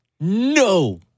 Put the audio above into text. no